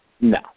No